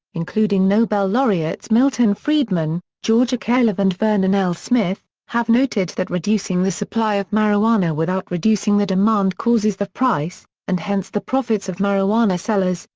including nobel laureates milton friedman, george akerlof and vernon l. smith, have noted that reducing the supply of marijuana without reducing the demand causes the price, and hence the profits of marijuana sellers,